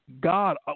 God